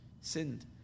sinned